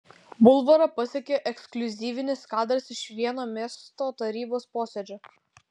bulvarą pasiekė ekskliuzyvinis kadras iš vieno miesto tarybos posėdžio